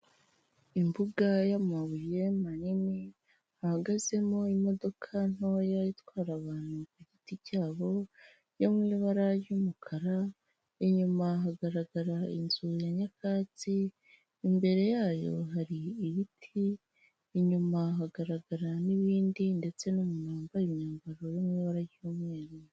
Imbuga y'amabuye manini hahagazemo imodoka ntoya itwara abantu ku giti cyabo yo mu ibara ry'umukara, inyuma hagaragara inzu ya nyakatsi, imbere yayo hari ibiti, inyuma hagaragara n'ibindi ndetse n'umuntu wambaye imyambaro yo mu ibara ry'umweru.